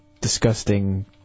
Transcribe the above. disgusting